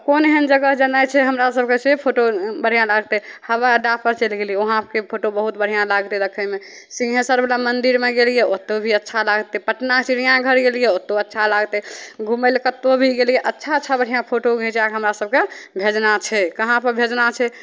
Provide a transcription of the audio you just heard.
आब कोन एहन जगह जेनाइ छै हमरा सभकेँ से फोटो बढ़िआँ लागतै हवाइ अड्डापर चलि गेलिए वहाँके फोटो बहुत बढ़िआँ लागतै देखैमे सिँहेश्वरवला मन्दिरमे गेलिए ओतहु भी अच्छा लागतै पटना चिड़िआँघर गेलिए ओतहु अच्छा लागतै घुमै ले कतहु भी गेलिए अच्छा अच्छा बढ़िआँ फोटो घिचैके हमरासभकेँ भेजना छै कहाँपर भेजना छै